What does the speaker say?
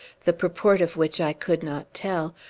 the purport of which i could not tell,